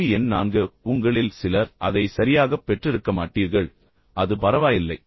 கேள்வி எண் நான்கு உங்களில் சிலர் அதை சரியாகப் பெற்றிருக்கமாட்டீர்கள் ஆனால் அது பரவாயில்லை